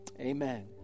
Amen